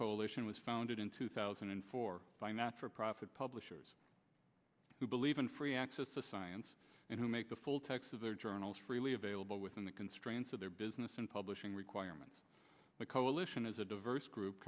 coalition was founded in two thousand and four by natural profit publishers who believe in free access to science and to make the full text of their journals freely available within the constraints of their business and publishing requirements the coalition is a diverse group